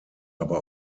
aber